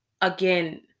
again